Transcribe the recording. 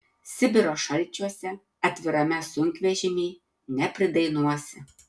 sibiro šalčiuose atvirame sunkvežimy nepridainuosi